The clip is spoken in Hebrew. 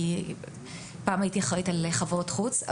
כי פעם הייתי אחראית על חברות חוץ של עובדים זרים.